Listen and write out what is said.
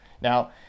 Now